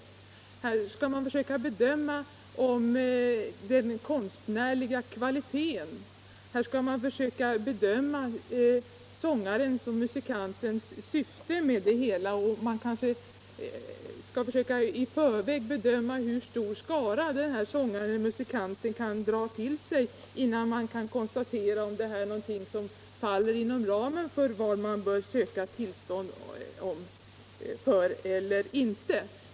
Här skall man försöka bedöma den konstnärliga kvaliteten, — ketter m.m. sångarens eller musikantens syfte med framförandet och kanske hur stor åhörarskara den här sångaren eller musikanten kan dra till sig innan man kan avgöra om framträdandet faller inom ramen för vad man bör söka tillstånd för.